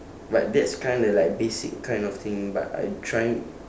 but that's kinda like basic kind of thing but I am trying